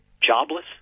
jobless